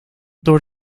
door